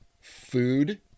food